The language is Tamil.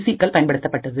சிகள் பயன்படுத்தப்பட்டது